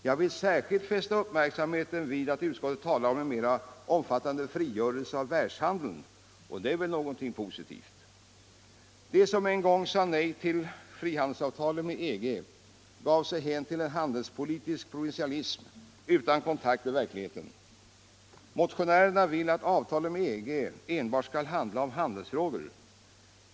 Jag vill särskilt fästa uppmärksamheten vid att utskottet talar om en mera omfattande frigörelse av världshandeln, och det är väl någonting positivt. De som en gång sade nej även till frihandelsavtalet med EG gav sig hän till en handelspolitisk provinsialism utan kontakt med verkligheten. Motionärerna vill att avtalet med EG enbart skall handla om handelsfrågor.